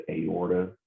aorta